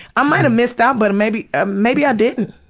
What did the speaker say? i might've missed out, but maybe ah maybe i didn't!